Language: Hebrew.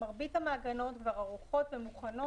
מרבית המעגנות כבר ערוכות ומוכנות.